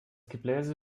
gebläse